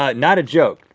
ah not a joke.